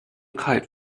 kite